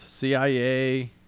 CIA